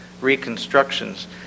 reconstructions